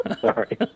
Sorry